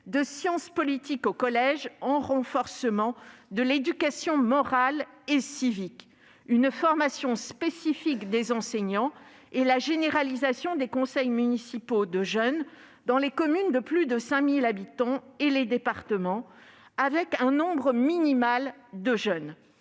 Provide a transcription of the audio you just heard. de sciences politiques au collège, en renforcement de l'éducation morale et civique, une formation spécifique des enseignants et la généralisation des conseils municipaux de jeunes dans les communes de plus de 5 000 habitants et les départements, avec un nombre minimal de jeunes.